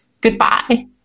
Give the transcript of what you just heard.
goodbye